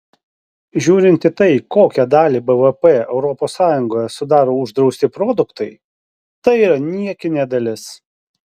žiūrint į tai kokią dalį bvp europos sąjungoje sudaro uždrausti produktai tai yra niekinė dalis